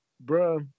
bro